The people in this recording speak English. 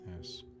Yes